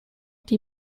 die